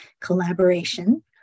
collaboration